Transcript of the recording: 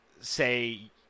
say